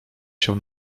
się